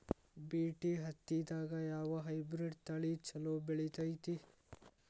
BT ಹತ್ತಿದಾಗ ಯಾವ hybrid ತಳಿ ಛಲೋ ಬೆಳಿತೈತಿ?